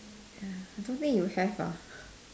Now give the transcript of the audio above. ya I don't think you have ah